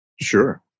Sure